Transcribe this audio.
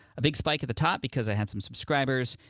a big spike at the top because i had some subscribers,